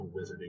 wizarding